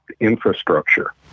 infrastructure